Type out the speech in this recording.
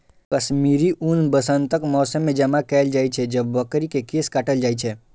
कश्मीरी ऊन वसंतक मौसम मे जमा कैल जाइ छै, जब बकरी के केश काटल जाइ छै